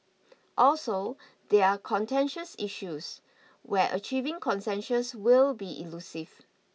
also they are contentious issues where achieving consensus will be elusive